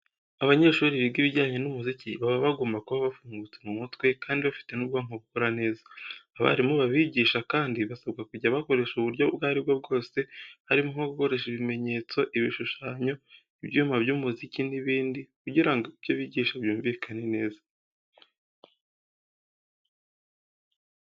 Abanyeshuri biga ibijyanye n'umuziki baba bagomba kuba bafungutse mu mutwe kandi bafite n'ubwonko bukora neza. Abarimu babigisha kandi basabwa kujya bakoresha uburyo ubwo ari bwo bwose harimo nko gukoresha ibimenyetso, ibishushanyo, ibyuma by'umuziki n'ibindi kugira ngo ibyo bigisha byumvikane neza.